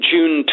June